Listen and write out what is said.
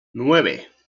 nueve